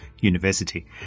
University